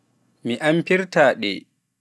mi amfirta ɗe